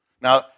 Now